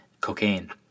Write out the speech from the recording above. cocaine